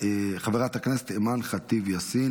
חברת הכנסת אימאן ח'טיב יאסין,